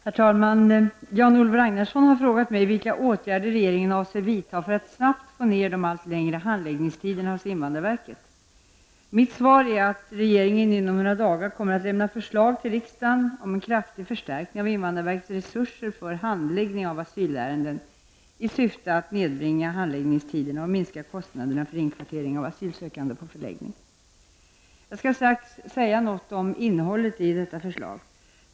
Herr talman! Jan-Olof Ragnarsson har frågat mig vilka åtgärder regeringen avser vidta för att snabbt få ner de allt längre handläggningstiderna hos invandrarverket. Mitt svar är att regeringen inom några dagar kommer att lämna förslag till riksdagen om en kraftig förstärkning av invandrarverkets resurser för handläggning av asylärenden i syfte att nedbringa handläggningstiderna och minska kostnaderna för inkvartering av asylsökande på förläggning. Jag skall strax säga något om innehållet i detta förslag.